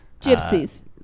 Gypsies